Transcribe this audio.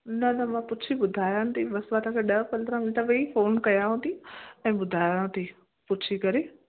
न न मां पुछी ॿुधायान थी बसि मां तव्हांखे ॾह पंदरहां मिन्ट में ई फ़ोन कयांव थी ऐं ॿुधायांव थी पुछी करे